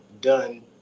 done